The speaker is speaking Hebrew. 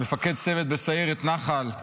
מפקד צוות בסיירת נח"ל,